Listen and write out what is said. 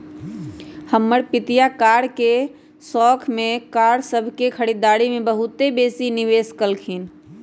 हमर पितिया कार के शौख में कार सभ के खरीदारी में बहुते बेशी निवेश कलखिंन्ह